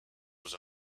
was